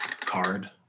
card